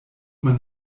man